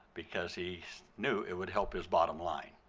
because he knew it would help his bottom line.